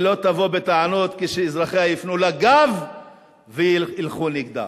שלא תבוא בטענות כשאזרחיה יפנו לה גב וילכו נגדה.